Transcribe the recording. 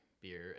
beer